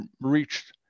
reached